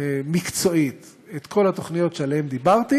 מקצועית את כל התוכניות שעליהן דיברתי,